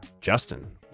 Justin